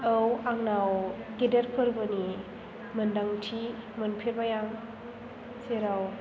औ आंनाव गेदेर फोरबोनि मोन्दांथि मोनफेरबाय आं जेराव